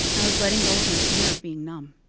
i was letting go of my fear of being numb.